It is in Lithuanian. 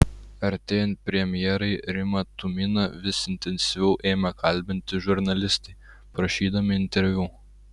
artėjant premjerai rimą tuminą vis intensyviau ėmė kalbinti žurnalistai prašydami interviu